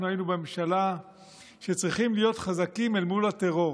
היינו בממשלה שצריך להיות חזקים מול הטרור,